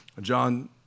John